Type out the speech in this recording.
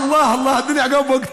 (אומר בערבית: